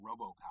Robocop